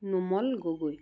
Numal Gogoi